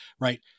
Right